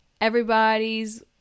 Everybody's